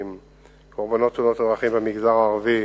רוב תאונות הדרכים בישראל מתרחשות בתחום העירוני.